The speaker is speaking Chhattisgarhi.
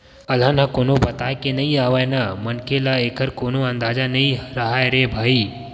अलहन ह कोनो बताके नइ आवय न मनखे ल एखर कोनो अंदाजा नइ राहय रे भई